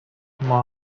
ماه